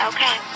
Okay